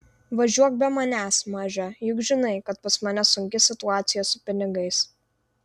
važiuok be manęs maže juk žinai kad pas mane sunki situaciją su pinigais